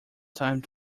time